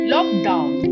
Lockdown